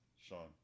Sean